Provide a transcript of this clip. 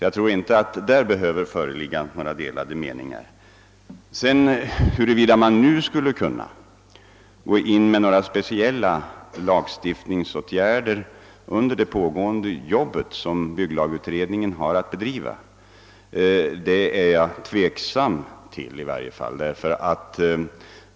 Jag tror inte heller att därvidlag behöver föreligga några delade meningar. Huruvida man nu skulle kunna vidtaga några speciella lagstiftningsåtgärder under det pågående arbete som bygglagutredningen har att bedriva, ställer jag mig i varje fall tveksam till.